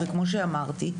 וכמו שאמרתי,